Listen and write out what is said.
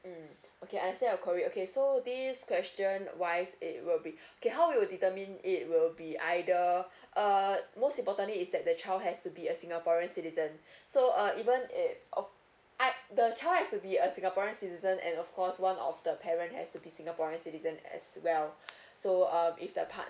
mm okay I understand your query okay so this question wise it will be okay how you determine it will be either uh most importantly is that the child has to be a singaporean citizen so uh even it o~ I well try to be a singaporean citizen and of course one of the parent has to be singaporean citizen as well so um if that partner